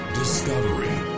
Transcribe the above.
discovery